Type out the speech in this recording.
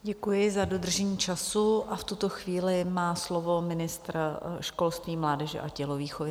Děkuji za dodržení času a v tuto chvíli má slovo ministr školství, mládeže a tělovýchovy.